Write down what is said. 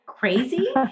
crazy